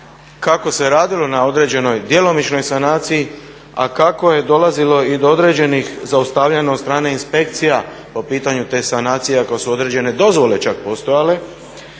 kako se radilo na određenoj djelomičnoj sanaciji, a kako je dolazilo i do određenih zaustavljanja od strane inspekcija po pitanju te sanacija koje su određene dozvole čak postojale,